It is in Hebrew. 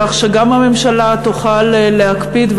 כך שגם הממשלה תוכל להקפיד,